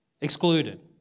excluded